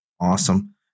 awesome